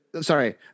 Sorry